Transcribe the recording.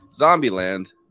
Zombieland